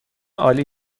عالی